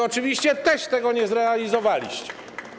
Oczywiście tego też nie zrealizowaliście.